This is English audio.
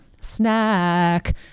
Snack